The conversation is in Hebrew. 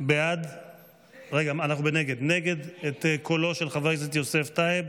להצבעה נגד את קולו של חבר זה יוסף טייב.